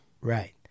Right